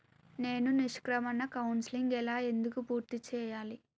నేను నిష్క్రమణ కౌన్సెలింగ్ ఎలా ఎందుకు పూర్తి చేయాలి?